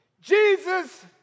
Jesus